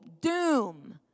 doom